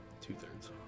two-thirds